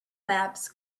maps